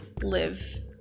live